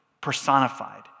personified